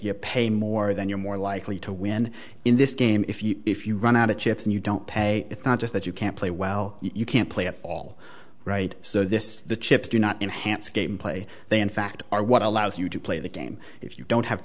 you pay more than you're more likely to win in this game if you if you run out of chips and you don't pay it's not just that you can't play well you can't play it all right so this the chips do not enhanced gameplay they in fact are what allows you to play the game if you don't have